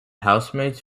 housemates